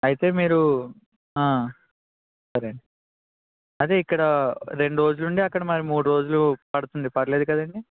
అయితే మీరు అదే అండి అదే ఇక్కడ రెండు రోజులు ఉండి అక్కడ మూడు రోజులు పడుతుంది పర్లేదు కదండి